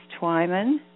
Twyman